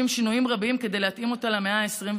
שינויים רבים כדי להתאים אותה למאה ה-21,